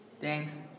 Thanks